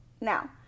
Now